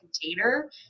container